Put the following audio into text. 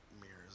mirrors